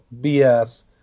BS